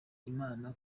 imana